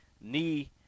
knee